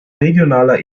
regionaler